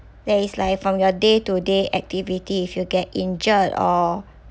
there is like from your day to day activity if you get injured or